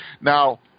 Now